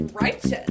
Righteous